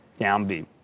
Downbeat